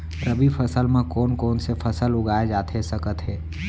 रबि फसल म कोन कोन से फसल उगाए जाथे सकत हे?